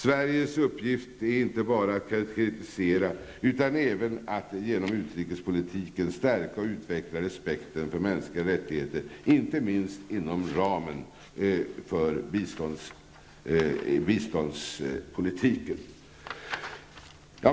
Sveriges uppgift är inte bara att kritisera utan även att genom utrikespolitiken stärka och utveckla respekten för mänskliga rättigheter, inte minst inom ramen för biståndspolitiken.